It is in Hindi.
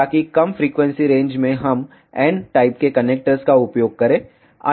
ताकि कम फ्रीक्वेंसी रेंज में हम n टाइप के कनेक्टर्स का उपयोग करें